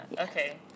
Okay